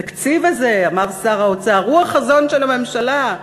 התקציב הזה, אמר שר האוצר, הוא החזון של הממשלה.